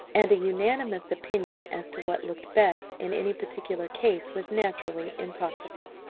and a unanimous opinion as to what looked best in any particular case was naturally impossible.